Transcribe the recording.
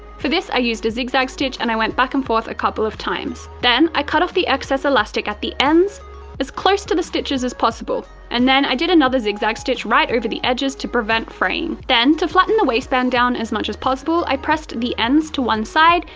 for this i used a zig zag stitch, and i went back and forth a couple of times. then, i cut off the excess elastic at the ends as close to the stitches as possible, and then i did another zig zag stitch right over the edges to prevent fraying. then, to flatten the waistband down as much as possible, i pressed the ends to one side,